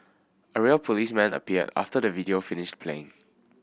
a real policeman appeared after the video finished play